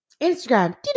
instagram